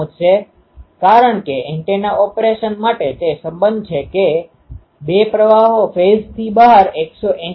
zero phase શિફ્ટના બદલે ફક્ત કોઈ પ્રોગ્રેસીવ ફેઝ શિફ્ટને બદલીને આપણે બંને એલીમેન્ટ વચ્ચે 180° ફેઝ શિફ્ટ આપી છે અને તે તમને એન્ડ ફાયર આપે છે